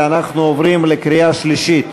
ואנחנו עוברים לקריאה שלישית.